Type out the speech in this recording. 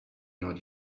not